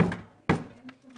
לקבל